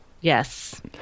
Yes